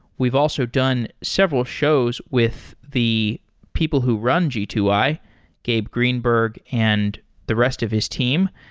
we've also done several shows with the people who run g two i, gabe greenberg, and the rest of his team.